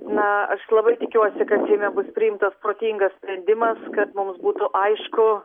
na aš labai tikiuosi kad seime bus priimtas protingas sprendimas kad mums būtų aišku